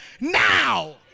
now